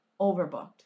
overbooked